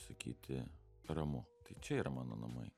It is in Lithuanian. sakyti ramu čia yra mano namai